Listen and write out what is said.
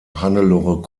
hannelore